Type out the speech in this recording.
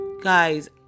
guys